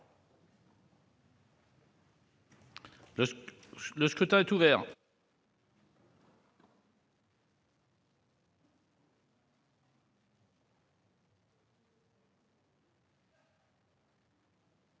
Le scrutin est ouvert.